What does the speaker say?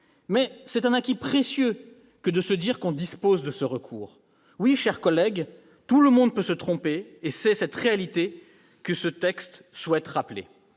mais c'est un atout précieux que de se dire que l'on dispose de ce recours. Oui, chers collègues, tout le monde peut se tromper et c'est cette réalité que le présent texte souhaite rappeler.